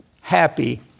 happy